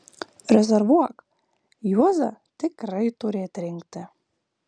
rezervuok juozą tikrai turi atrinkti